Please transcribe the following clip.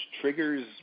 triggers